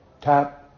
tap